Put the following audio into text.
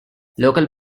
local